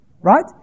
right